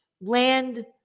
land